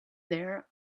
there